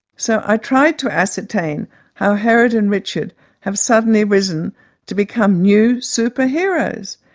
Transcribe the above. so i tried to ascertain how herod and richard have suddenly risen to become new super-heroes.